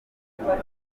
gikorera